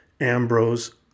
Ambrose